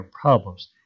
problems